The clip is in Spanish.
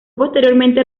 posteriormente